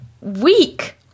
week